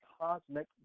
cosmic